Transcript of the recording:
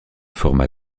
forma